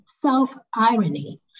self-irony